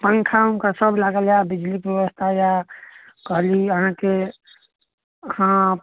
पङ्खा ओङ्खा सब लागल है आ बिजलीके व्यवस्था यऽ कहली अहाँके अहाँ